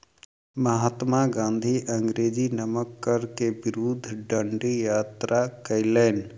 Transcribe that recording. महात्मा गाँधी अंग्रेजी नमक कर के विरुद्ध डंडी यात्रा कयलैन